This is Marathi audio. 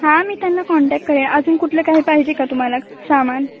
हां मी त्यांना कॉन्टॅक्ट करेन अजून कुठलं काही पाहिजे का तुम्हाला सामान